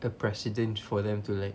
the precedence for them to like